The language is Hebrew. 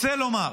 רוצה לומר,